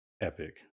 epic